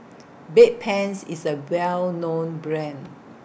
Bedpans IS A Well known Brand